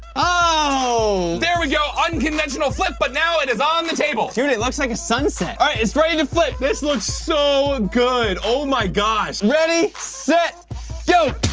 oh there we go unconventional flip but now it is on the table turn and it looks like a sunset all right it's ready to flip this looks, so ah good, oh my gosh ready set